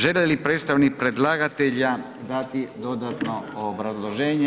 Želi li predstavnik predlagatelja dati dodatno obrazloženje?